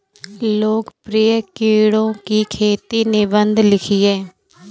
लोकप्रिय कीड़ों की खेती पर निबंध लिखिए